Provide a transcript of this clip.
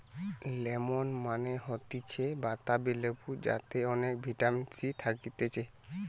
lemon মানে হতিছে বাতাবি লেবু যাতে অনেক ভিটামিন সি থাকতিছে